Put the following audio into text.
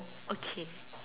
okay